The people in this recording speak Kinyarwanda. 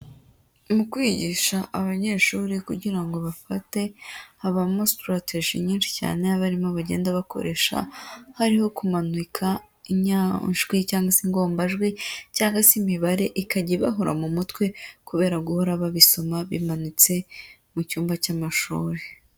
Mu kwigisha abanyeshuri kugira ngo bafate habamo sitirateji nyinshi cyane abarimu bagenda bakoresha, hariho kumanika inyajwi cyangwa ingombajwi cyangwa se imibare ikajya ibahorara mu mutwe, kubera guhora babisoma bimanitse mu cyumba cy'amashuri.